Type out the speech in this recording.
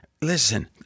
Listen